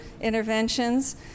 interventions